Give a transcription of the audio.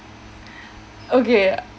okay